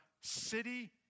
city